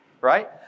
Right